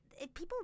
people